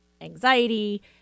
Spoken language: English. anxiety